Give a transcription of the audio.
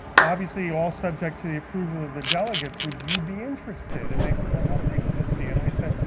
obviously all subject to the approval of the delegates, would you be interested? and they said well, how big would this be? and i said,